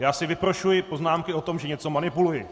Já si vyprošuji poznámky o tom, že něco manipuluji.